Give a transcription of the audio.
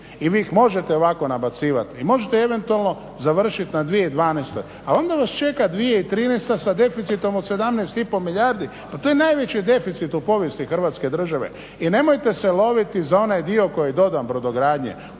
I vi ih možete ovako nabacivati i možete eventualno završiti na 2012., ali onda vas čeka 2013. sa deficitom od 17,5 milijardi. Pa to je najveći deficit u povijesti Hrvatske države. I nemojte se loviti za onaj dio koji je dodan brodogradnji.